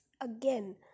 again